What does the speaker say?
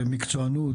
מקצועיות,